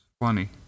funny